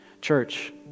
Church